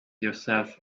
yourself